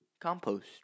compost